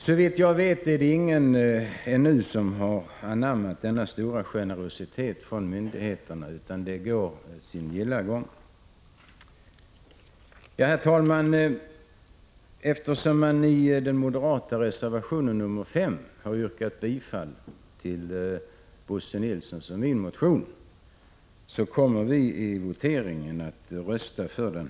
Såvitt jag vet har ännu ingen utnyttjat denna stora generositet från myndigheterna utan det hela går sin gilla gång. Herr-talman! Eftersom moderaterna i reservation 5 har yrkat bifall till Bo Nilssons och min motion kommer vi i voteringen att rösta för den.